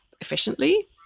efficiently